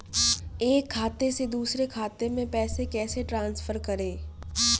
एक खाते से दूसरे खाते में पैसे कैसे ट्रांसफर करें?